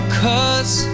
cause